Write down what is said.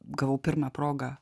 gavau pirmą progą